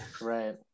right